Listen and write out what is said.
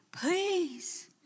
please